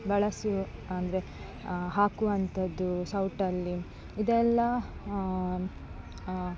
ಬಳಸು ಅಂದರೆ ಹಾಕುವಂಥದ್ದು ಸೌಟಲ್ಲಿ ಇದೆಲ್ಲ